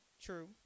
true